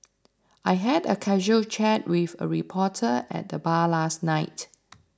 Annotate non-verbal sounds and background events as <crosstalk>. I had a casual chat with a reporter at the bar last night <noise>